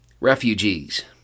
refugees